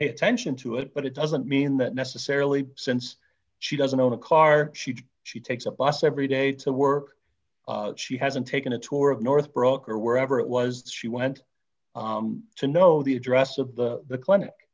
pay attention to it but it doesn't mean that necessarily since she doesn't own a car she just she takes a bus every day to work she hasn't taken a tour of northbrook or wherever it was she went to know the address of the the clinic